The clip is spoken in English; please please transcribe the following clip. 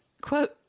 quote